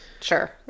Sure